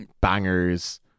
bangers